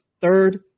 third